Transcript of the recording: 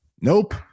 Nope